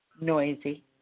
noisy